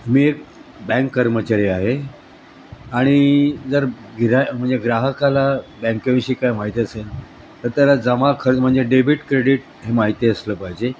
मी एक बँक कर्मचारी आहे आणि जर गिरा म्हणजे ग्राहकाला बँकेविषयी काय माहिती असेल तर त्याला जमा खर्च म्हणजे डेबिट क्रेडीट हे माहिती असलं पाहिजे